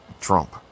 Trump